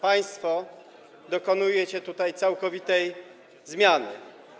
Państwo dokonujecie tutaj całkowitej zmiany.